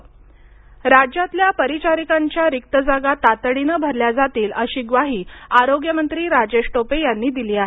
परिचारिका राज्यातल्या परिचारिकांच्या रिक्त जागा तातडीनं भरल्या जातील अशी ग्वाही आरोग्यमंत्री राजेश टोपे यांनी दिली आहे